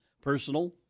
personal